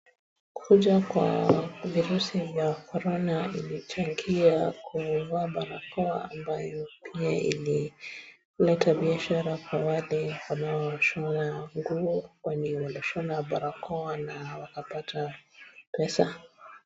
Kuja kwa virusi vya korona vilichangia kuvaa barakoa ambayo pia ilileta biashara kwa wale wanaoshona nguo, kwani walishona barakoa na wakapata pesa.